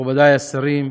מכובדי השרים,